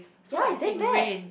ya it's damn bad